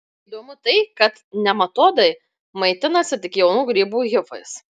įdomu tai kad nematodai maitinasi tik jaunų grybų hifais